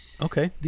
Okay